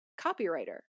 copywriter